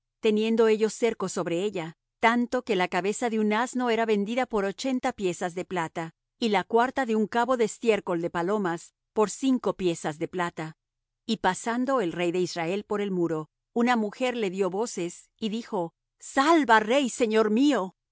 teniendo ellos cerco sobre ella tanto que la cabeza de un asno era vendida por ochenta piezas de plata y la cuarta de un cabo de estiércol de palomas por cinco piezas de plata y pasando el rey de israel por el muro una mujer le dió voces y dijo salva rey señor mío